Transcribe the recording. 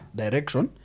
direction